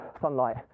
sunlight